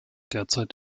derzeit